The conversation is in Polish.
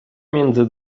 między